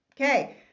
Okay